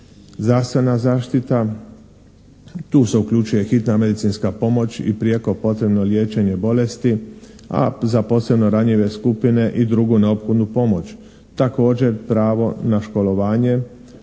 Zdravstvena zaštita, tu se uključuje hitna medicinska pomoć i prijeko potrebno liječenje bolesti a za posebno ranjive skupine i drugu neophodnu pomoć. Također pravo na školovanje,